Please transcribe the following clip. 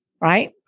right